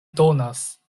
donas